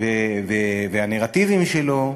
והנרטיבים שלו.